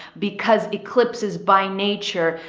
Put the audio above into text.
because eclipses by nature,